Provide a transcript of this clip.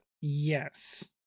Yes